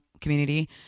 community